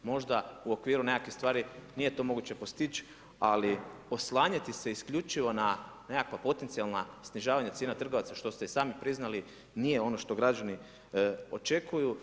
Možda u okviru nekakvih stvari, nije to moguće postići, ali oslanjati se isključivo na nekakva potencijalna snižavanja cijena trgovaca, što ste i sami priznali, nije ono što građani očekuju.